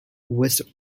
west